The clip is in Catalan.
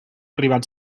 arribat